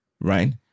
Right